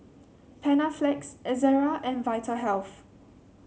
Panaflex Ezerra and Vitahealth